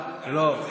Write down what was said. לא.